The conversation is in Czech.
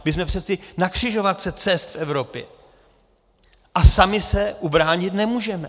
My jsme přeci na křižovatce cest Evropy a sami se ubránit nemůžeme.